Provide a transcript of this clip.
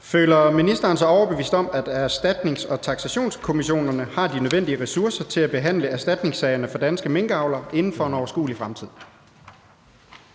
Føler ministeren sig overbevist om, at erstatnings- og taksationskommissionerne har de nødvendige ressourcer til at behandle erstatningssagerne for danske minkavlere inden for en overskuelig fremtid?